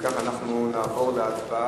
אם כך, אנחנו נעבור להצבעה